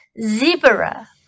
Zebra